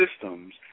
systems